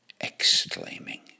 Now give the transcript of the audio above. exclaiming